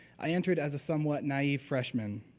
i entered as a somewhat naive freshman.